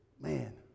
man